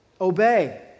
Obey